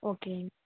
okay